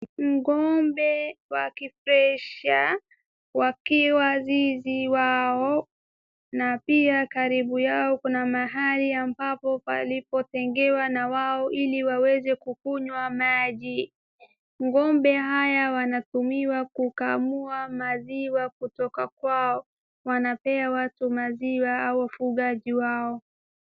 Ngombe wapo kwenye zizi lao. Karibu nao kuna mahali pametengwa ili waweze kunywa maji.